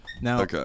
Now